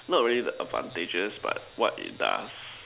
not really the advantages but what it does